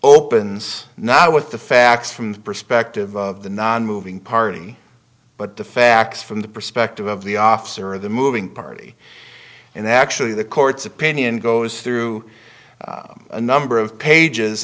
opens not with the facts from the perspective of the nonmoving party but the facts from the perspective of the officer of the moving party and actually the court's opinion goes through a number of pages